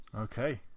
okay